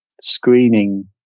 screening